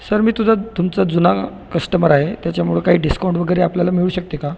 sir मी तुझं तुमचा जुना कस्टमर आहे त्याच्यामुळे काही डिस्काउंट वगैरे आपल्याला मिळू शकते का